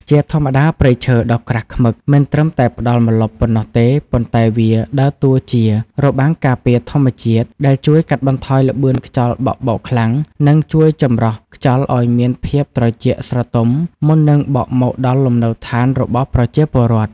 ជាធម្មតា ព្រៃឈើដ៏ក្រាស់ឃ្មឹកមិនត្រឹមតែផ្ដល់ម្លប់ប៉ុណ្ណោះទេ ប៉ុន្តែវាដើរតួជា របាំងការពារធម្មជាតិ ដែលជួយកាត់បន្ថយល្បឿនខ្យល់បក់បោកខ្លាំង និងជួយចម្រោះខ្យល់ឱ្យមានភាពត្រជាក់ស្រទុំមុននឹងបក់មកដល់លំនៅឋានរបស់ប្រជាពលរដ្ឋ។